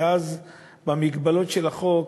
ואז, במגבלות של החוק,